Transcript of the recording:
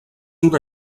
una